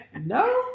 No